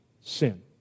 sin